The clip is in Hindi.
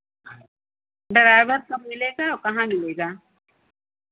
ड्राइवर कब मिलेगा और कहाँ मिलेगा